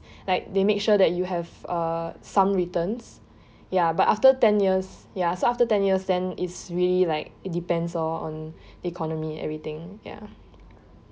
like they make sure that you have uh some returns ya but after ten years ya so after ten years then it's really like it depends lor on the economy everything ya